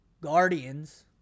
guardians